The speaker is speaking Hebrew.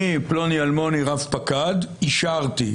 אני פלוני אלמוני רב פקד אישרתי.